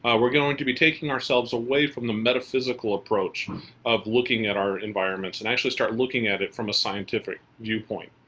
we're going to be taking ourselves away from the metaphysical approach of looking at our environments and actually start looking at it from a scientific view point.